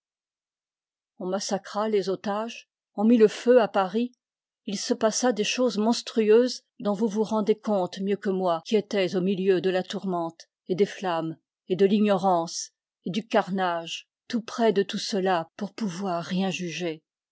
on massacra les otages on mit le feu à paris il se passa des choses monstrueuses dont vous vous rendez compte mieux que moi qui étais au milieu de la tourmente et des flammes et de l'ignorance et du carnage trop près de tout cela pour pouvoir rien juger